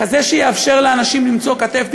כזה שיאפשר לאנשים למצוא כתף,